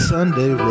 Sunday